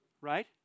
right